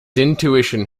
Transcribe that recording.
intuition